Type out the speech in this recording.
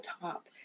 top